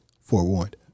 forewarned